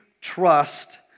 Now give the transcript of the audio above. trust